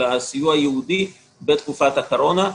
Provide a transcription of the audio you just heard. אלא סיוע ייעודי בתקופת הקורונה.